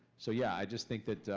so, yeah, i just think that